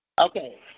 Okay